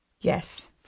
Yes